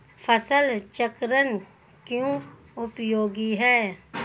फसल चक्रण क्यों उपयोगी है?